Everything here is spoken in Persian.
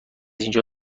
اینجا